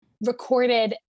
recorded